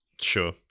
Sure